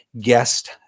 guest